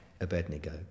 Abednego